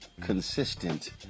consistent